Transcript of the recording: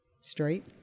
straight